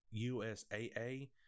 USAA